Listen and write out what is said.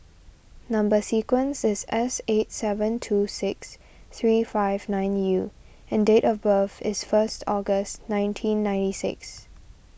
Number Sequence is S eight seven two six three five nine U and date of birth is first August nineteen ninety six